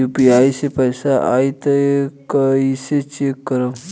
UPI से पैसा आई त कइसे चेक करब?